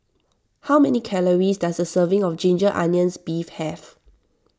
how many calories does a serving of Ginger Onions Beef have